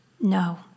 No